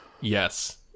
Yes